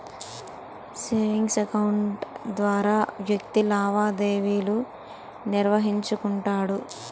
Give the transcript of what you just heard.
savings account ద్వారా వ్యక్తి లావాదేవీలు నిర్వహించుకుంటాడు